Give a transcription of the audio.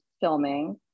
filming